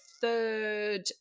third